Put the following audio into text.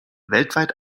weltweit